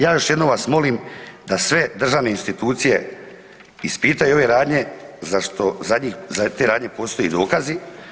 Ja još jednom vas molim da sve državne institucije ispitaju ove radnje zato jer za te radnje postoje dokazi.